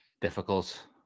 difficult